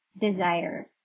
desires